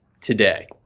today